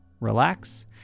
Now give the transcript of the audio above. relax